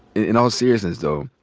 in all seriousness though,